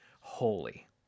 holy